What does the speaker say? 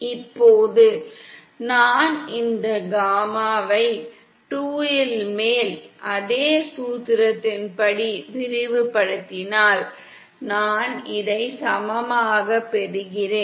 இப்போது நான் இந்த காமாவை 2 இல் மேலும் அதே சூத்திரத்தின்படி விரிவுபடுத்தினால் நான் இதை சமமாகப் பெறுகிறேன்